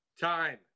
Time